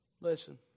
Listen